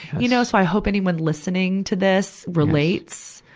you know. so i hope anyone listening to this relates,